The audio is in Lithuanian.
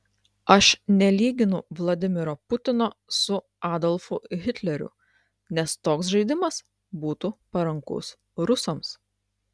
aš nelyginu vladimiro putino su adolfu hitleriu nes toks žaidimas būtų parankus rusams